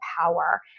power